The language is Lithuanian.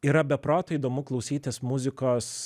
yra be proto įdomu klausytis muzikos